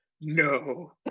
no